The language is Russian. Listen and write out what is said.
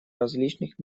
различных